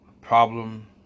problem